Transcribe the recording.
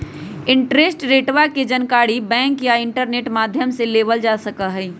interest रेटवा के जानकारी बैंक या इंटरनेट माध्यम से लेबल जा सका हई